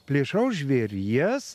plėšraus žvėries